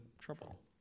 trouble